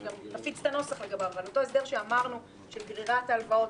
נפיץ את הנוסח לגביו - של גרירת ההלוואות,